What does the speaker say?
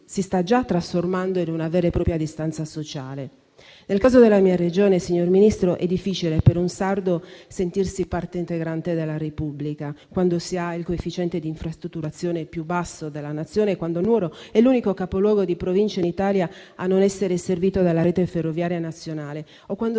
si sta già trasformando in una vera e propria distanza sociale. Nel caso della mia Regione, signor Ministro, è difficile per un sardo sentirsi parte integrante della Repubblica quando si ha il coefficiente di infrastrutturazione più basso della Nazione, quando Nuoro è l'unico capoluogo di provincia in Italia a non essere servito dalla rete ferroviaria nazionale o quando si